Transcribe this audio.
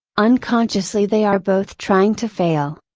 unconsciously they are both trying to fail.